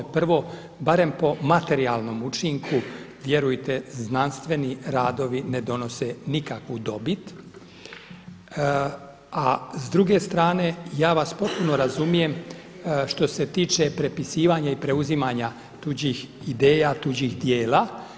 Prvo, barem po materijalnom učinku vjerujte znanstveni radovi ne donose nikakvu dobit, a s druge strane, ja vas potpuno razumijem što se tiče prepisivanja i preuzimanja tuđih ideja, tuđih dijela.